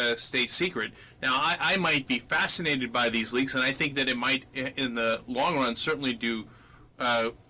ah state secret now i i might be fascinated by these leaks and i think that it might in the long-run certainly do ah.